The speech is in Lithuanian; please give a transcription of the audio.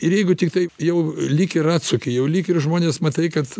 ir jeigu tiktai jau lyg ir atsuki jau lyg ir žmonės matai kad